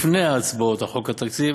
לפני ההצבעות על חוק התקציב